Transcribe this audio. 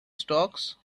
stocks